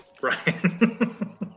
Brian